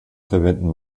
verwenden